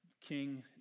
King